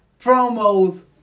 promos